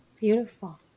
beautiful